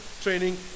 training